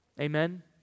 Amen